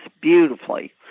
beautifully